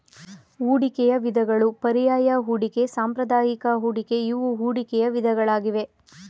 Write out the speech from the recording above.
ಹೂಡಿಕೆಯ ವಿಧಗಳು ಪರ್ಯಾಯ ಹೂಡಿಕೆ, ಸಾಂಪ್ರದಾಯಿಕ ಹೂಡಿಕೆ ಇವು ಹೂಡಿಕೆಯ ವಿಧಗಳಾಗಿವೆ